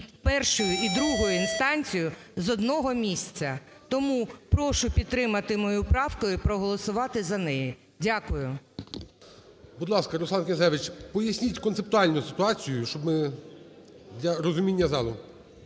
першою, і другою інстанцією з одного місця. Тому прошу підтримати мою правку і проголосувати за неї. Дякую. ГОЛОВУЮЧИЙ. Будь ласка, Руслан Князевич, поясніть концептуально ситуацію, щоб ми… для розуміння залу.